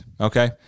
okay